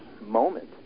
moment